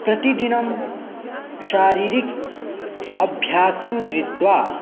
प्रतिदिनं शारीरिक अभ्यासं कृत्वा